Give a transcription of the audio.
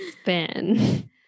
spin